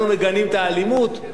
אבל מה שראינו שם,